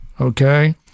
Okay